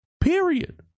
Period